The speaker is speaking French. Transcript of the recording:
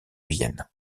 vienne